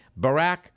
Barack